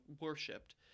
worshipped